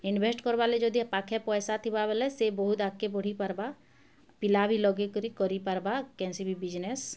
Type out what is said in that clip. invest କର୍ବାର୍ ଲାଗି ଯଦି ପାଖେ ପଏସା ଥିବାବେଲେ ସେ ବହୁତ୍ ଆଗ୍କେ ବଢ଼ିପାର୍ବା ପିଲା ବି ଲଗେଇକରି କରିପାର୍ବା କେନ୍ସି ବିଜ୍ନେସ୍